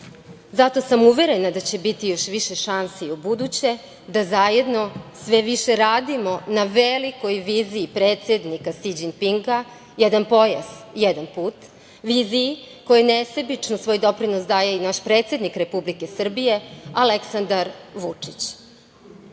sam uverena da će biti još više šansi i ubuduće da zajedno sve više radimo na velikoj viziji predsednika Si Đinpinga „Jedan pojas, jedan put“, viziji kojoj nesebično svoj doprinos daje i naš predsednik Republike Srbije Aleksandar